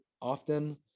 often